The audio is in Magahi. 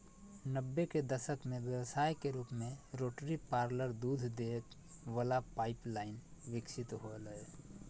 नब्बे के दशक में व्यवसाय के रूप में रोटरी पार्लर दूध दे वला पाइप लाइन विकसित होलय